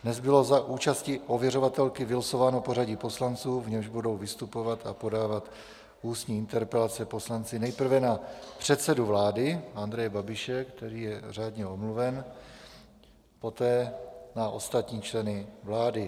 Dnes bylo za účasti ověřovatelky vylosováno pořadí poslanců, v němž budou vystupovat a podávat ústní interpelace poslanci nejprve na předsedu vlády Andreje Babiše, který je řádně omluven, poté na ostatní členy vlády.